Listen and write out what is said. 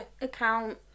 Account